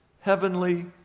heavenly